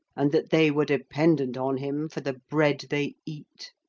and that they were dependent on him for the bread they eat.